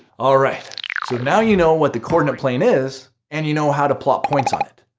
alright, so now you know what the coordinate plane is, and you know how to plot points on it.